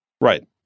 Right